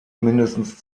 mindestens